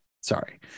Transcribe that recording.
Sorry